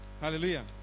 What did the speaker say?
Hallelujah